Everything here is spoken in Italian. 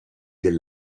del